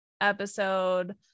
episode